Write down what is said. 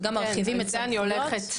וגם מרחיבים את הסמכויות.